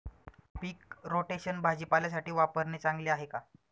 पीक rotation भाजीपाल्यासाठी वापरणे चांगले आहे का?